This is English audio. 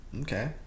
Okay